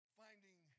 finding